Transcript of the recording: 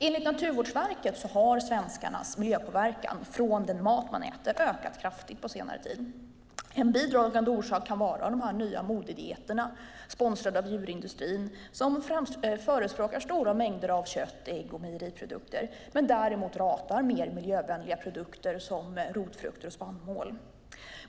Enligt Naturvårdsverket har svenskarnas miljöpåverkan från den mat man äter ökat kraftigt på senare tid. En bidragande orsak kan vara de nya modedieterna, sponsrade av djurindustrin, som förespråkar stora mängder kött, ägg och mejeriprodukter men däremot ratar mer miljövänliga produkter som rotfrukter och spannmål.